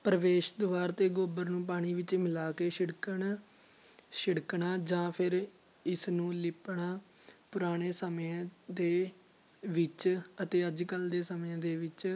ਪ੍ਰਵੇਸ਼ ਦੁਆਰ 'ਤੇ ਗੋਬਰ ਨੂੰ ਪਾਣੀ ਵਿੱਚ ਮਿਲਾ ਕੇ ਛਿੜਕਣ ਛਿੜਕਣਾ ਜਾਂ ਫਿਰ ਇਸ ਨੂੰ ਲਿੱਪਣਾ ਪੁਰਾਣੇ ਸਮੇਂ ਦੇ ਵਿੱਚ ਅਤੇ ਅੱਜ ਕੱਲ੍ਹ ਦੇ ਸਮੇਂ ਦੇ ਵਿੱਚ